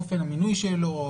אופן המינוי שלו,